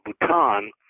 Bhutan